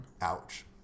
Ouch